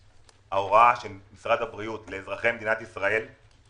ההוראה של משרד הבריאות לאזרחי מדינת ישראל היא